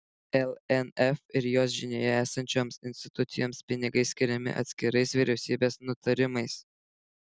lnf ir jos žinioje esančioms institucijoms pinigai skiriami atskirais vyriausybės nutarimais